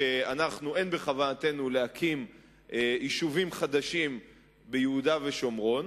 שאין בכוונתנו להקים יישובים חדשים ביהודה ושומרון,